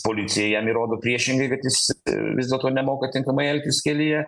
policija jam įrodo priešingai kad jis vis dėlto nemoka tinkamai elgtis kelyje